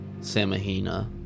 Samahina